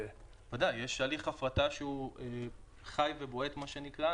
ודאי, יש הליך הפרטה שהוא חי ובועט מה שנקרא.